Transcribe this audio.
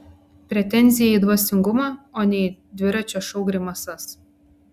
pretenzija į dvasingumą o ne į dviračio šou grimasas